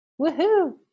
woohoo